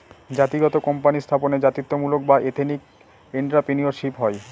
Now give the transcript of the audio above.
জাতিগত কোম্পানি স্থাপনে জাতিত্বমূলক বা এথেনিক এন্ট্রাপ্রেনিউরশিপ হয়